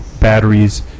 batteries